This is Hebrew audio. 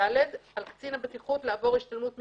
(ד) על קצין הבטיחות לעבור השתלמות מקצועית,